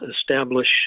establish